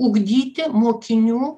ugdyti mokinių